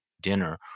dinner